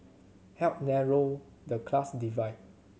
help narrow the class divide